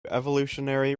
evolutionary